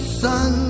sun